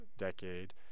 decade